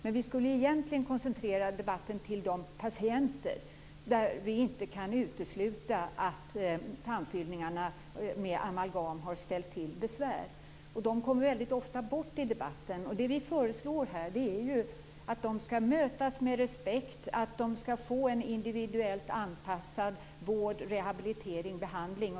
Men vi skulle ju egentligen koncentrera debatten till de patienter för vilka man inte kan utesluta att tandfyllningarna med amalgam har ställt till besvär. De kommer väldigt ofta bort i debatten. Vad vi föreslår är att de skall mötas med respekt och att de skall få en individuellt anpassad vård, rehabilitering och behandling.